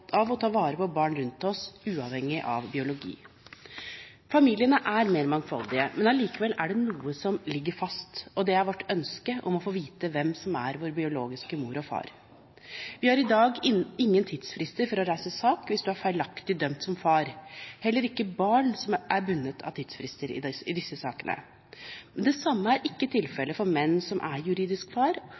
å ta vare på barn rundt oss uavhengig av biologi. Familiene er mer mangfoldige, men allikevel er det noe som ligger fast, og det er vårt ønske om å få vite hvem som er vår biologiske mor og far. Vi har i dag ingen tidsfrister for å reise sak hvis man er feilaktig dømt som far. Heller ikke barn er bundet av tidsfrister i disse sakene. Det samme er ikke tilfellet for en mann som er juridisk far,